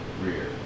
Rear